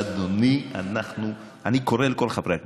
אדוני, אני קורא לכל חברי הכנסת,